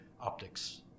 optics